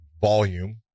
volume